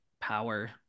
power